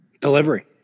Delivery